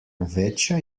večja